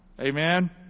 Amen